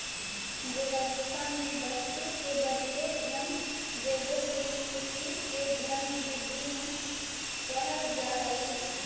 व्यवस्था में वस्तु के बदले धन देवे के स्थिति के धन विधि में कहल जा हई